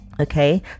Okay